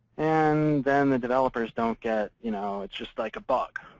and then the developers don't get you know it's just like a bug.